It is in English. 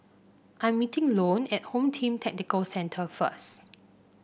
I'm meeting Lone at Home Team Tactical Centre first